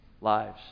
lives